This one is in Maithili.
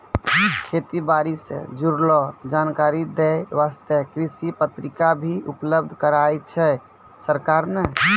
खेती बारी सॅ जुड़लो जानकारी दै वास्तॅ कृषि पत्रिका भी उपलब्ध कराय छै सरकार नॅ